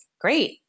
great